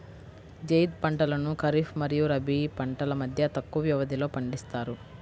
జైద్ పంటలను ఖరీఫ్ మరియు రబీ పంటల మధ్య తక్కువ వ్యవధిలో పండిస్తారు